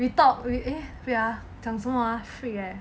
we talk eh eh wait ah 讲什么 ah freak eh